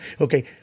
Okay